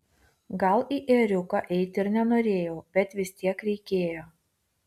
gal į ėriuką eiti ir nenorėjau bet vis tiek reikėjo